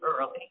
early